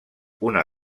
una